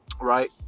right